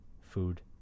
food